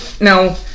no